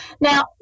Now